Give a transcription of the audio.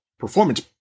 performance